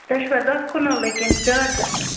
تۄہہِ چھُوا دَہ کنالٕے کِنہٕ زیادٕ